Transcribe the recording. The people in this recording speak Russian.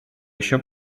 еще